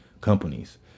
companies